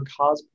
cosplay